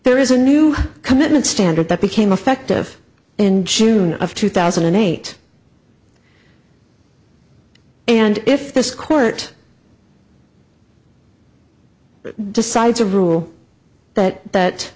there is a new commitment standard that became effective in june of two thousand and eight and if this court decides a rule that